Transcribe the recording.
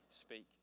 speak